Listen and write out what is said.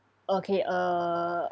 okay uh